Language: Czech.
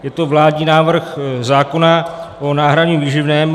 Je to vládní návrh zákona o náhradním výživném.